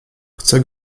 chcę